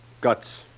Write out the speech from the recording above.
guts